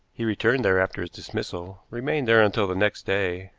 he returned there after his dismissal, remained there until the next day,